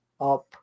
up